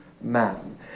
man